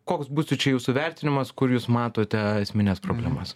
koks būtų čia jūsų vertinimas kur jūs matote esmines problemas